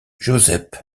josep